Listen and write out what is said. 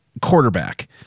quarterback